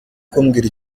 kumbwira